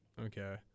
Okay